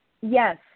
Yes